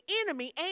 enemy